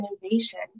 innovation